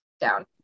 down